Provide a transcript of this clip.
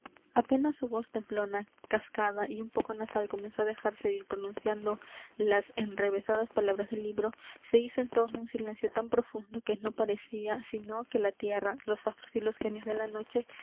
apenas su voz temblona cascada y un poco nasal comenzó á dejarse oir pronunciando las enrevesadas palabras del libro se hizo en torno un silencio tan profundo que no parecía sino que la tierra los astros y los genios de la noche